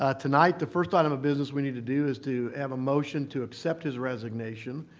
ah tonight, the first item of business we need to do is to have a motion to accept his resignation.